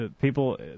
people